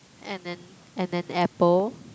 and an and an apple